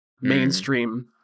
mainstream